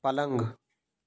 पलंग